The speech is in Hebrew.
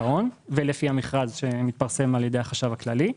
ההון ולפי המכרז שמתפרסם על ידי החשב הכללי.